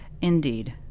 indeed